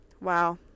wow